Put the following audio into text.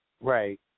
Right